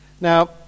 Now